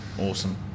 Awesome